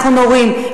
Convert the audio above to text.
אנחנו נורים,